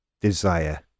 desire